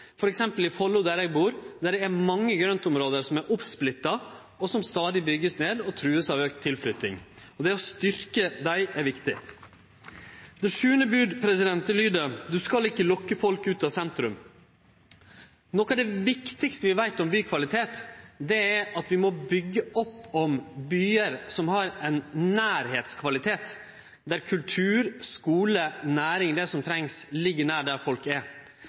i Follo, der eg bur – der det er mange grøntområde som er splitta opp og som stadig vert bygde ned og truga av auka tilflytting. Det å styrkje dei er viktig. Det sjuande bodet lyder: Du skal ikkje lokke folk ut av sentrum. Noko av det viktigaste vi veit om bykvalitet, er at vi må byggje opp om byar som har ein nærleikskvalitet, der kultur, skule, næring og det som trengst, ligg nær der folk er.